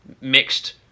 mixed